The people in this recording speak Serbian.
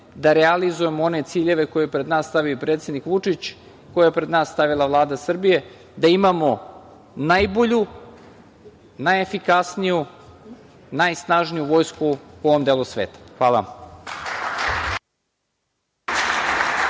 da realizujemo one ciljeve koje je pred nas stavio i predsednik Vučić, koje je pred nas stavila Vlada Srbije, da imamo najbolju, najefikasniju, najsnažniju vojsku u ovom delu sveta. Hvala vam.